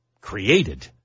created